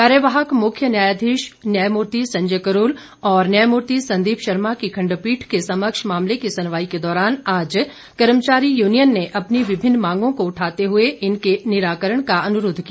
कार्यवाहक मुख्य न्यायाधीश न्यायमूर्ति संजय करोल और न्यायमूर्ति संदीप शर्मा की खंडपीठ के समक्ष मामले की सुनवाई के दौरान आज कर्मचारी यूनियन ने अपनी विभिन्न मागों को उठाते हुए इनके निराकरण का अनुरोध किया